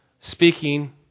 speaking